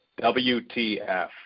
WTF